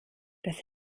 das